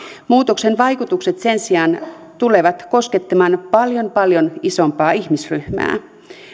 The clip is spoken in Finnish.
muutoksen vaikutukset sen sijaan tulevat koskettamaan paljon paljon isompaa ihmisryhmää